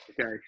Okay